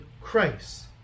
Christ